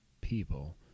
people